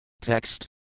TEXT